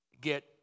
get